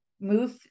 move